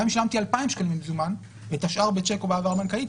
גם אם שילמתי 2,000 שקלים במזומן ואת השאר בצ'ק או בהעברה בנקאית,